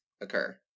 occur